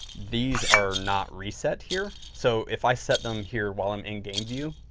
these are not reset here. so, if i set them here while i'm in game view,